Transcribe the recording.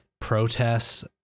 protests